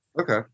okay